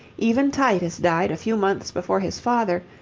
even titus died a few months before his father,